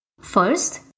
First